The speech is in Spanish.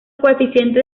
coeficientes